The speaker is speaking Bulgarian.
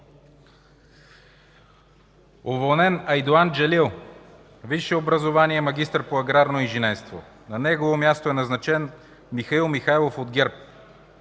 уволнен Айдоан Джелил – висше образование, магистър по аграрно инженерство; на негово място е назначен Михаил Михайлов от ГЕРБ;